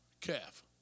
calf